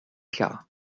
klar